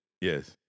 Yes